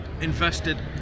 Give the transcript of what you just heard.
invested